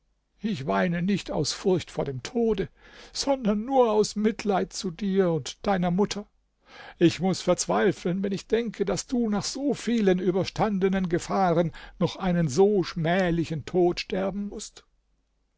ich weine nicht aus furcht vor dem tode sondern nur aus mitleid zu dir und deiner mutter ich muß verzweifeln wenn ich denke daß du nach so vielen überstandenen gefahren noch einen so schmählichen tod sterben mußt